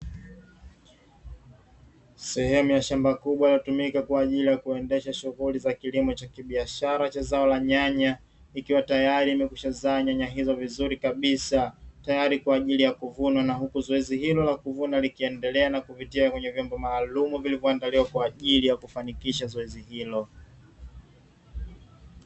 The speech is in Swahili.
Sehemu ya shamba kubwa linalotumika kwa ajili ya kuendesha shughuli cha kibiashara cha zao la nyanya, ikiwa tayari zimekwisha zaa nyanya nyingi vizuri kabisa tayari kwa ajili ya kuvunwa; huku zoezi hilo likiendelea kupitia kwenye vyombo maalumu vilivyo andaliwa kwa ajili ya kufanikisha zoezi hilo.